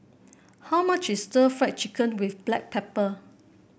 how much is Stir Fried Chicken with Black Pepper